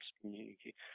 community